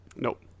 Nope